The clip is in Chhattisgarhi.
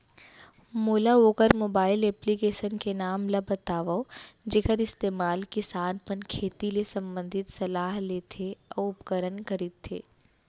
मोला वोकर मोबाईल एप्लीकेशन के नाम ल बतावव जेखर इस्तेमाल किसान मन खेती ले संबंधित सलाह लेथे अऊ उपकरण खरीदथे?